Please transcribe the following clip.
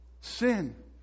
Sin